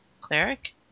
Cleric